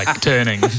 turning